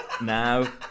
Now